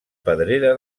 pedrera